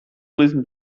listen